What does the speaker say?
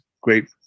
great